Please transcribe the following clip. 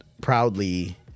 Proudly